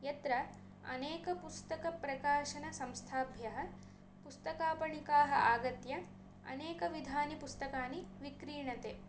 यत्र अनेक पुस्तकप्रकाशनसंस्थाभ्यः पुस्तकापणिकाः आगत्य अनेक विधानि पुस्तकानि विक्रीणते